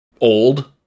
old